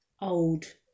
old